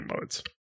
modes